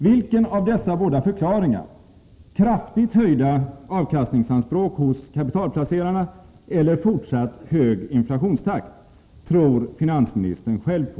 Vilken av dessa båda förklaringar — kraftigt höjda avkastningsanspråk hos kapitalplacerarna eller fortsatt hög inflationstakt — tror finansministern själv på?